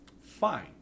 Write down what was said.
Fine